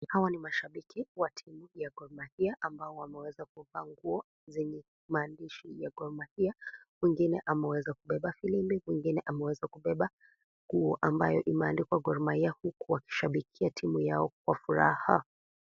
Hawa ni mashabiki wa timu ya Gormahia ambao wameweza kuvaa nguo zenye maandishi ya Gormahia wengine wameweza kubeba filimbi wengine wameweza kubeba nguo ambayo imeandikwa Gormahia huku wakishabikia timu yao kwa furaha.